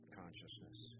consciousness